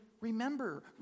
remember